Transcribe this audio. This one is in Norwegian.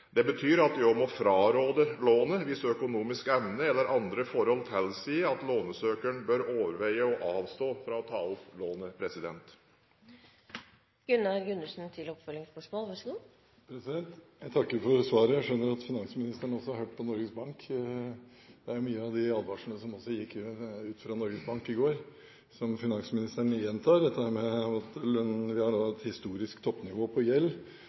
Det betyr at de også må fraråde lånet hvis økonomisk evne eller andre forhold tilsier at lånesøkeren bør overveie å avstå fra å ta opp lånet. Jeg takker for svaret. Jeg skjønner at finansministeren også har hørt på Norges Bank. Det er mange av de advarslene som gikk ut fra Norges Bank i går, som finansministeren gjentar. Vi har nå et historisk toppnivå på gjeld,